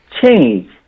change